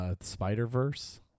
Spider-Verse